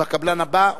עם הקבלן הבא,